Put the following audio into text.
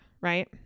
right